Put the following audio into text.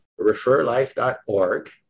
Referlife.org